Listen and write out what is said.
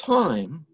time